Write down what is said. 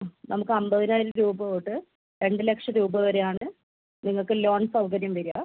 നമുക്ക് അമ്പതിനായിരം രൂപ തൊട്ട് രണ്ട് ലക്ഷം രൂപ വരെയാണ് നിങ്ങൾക്ക് ലോൺ സൗകര്യം വരുക